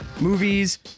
movies